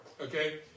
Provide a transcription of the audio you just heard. okay